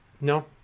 No